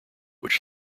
which